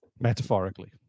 Metaphorically